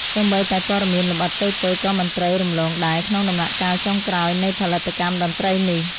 សូម្បីតែព័ត៌មានលម្អិតតូចៗក៏មិនត្រូវរំលងដែរក្នុងដំណាក់កាលចុងក្រោយនៃផលិតកម្មតន្ត្រីនេះ។